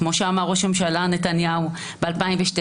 כמו שאמר ראש הממשלה נתניהו ב-2012,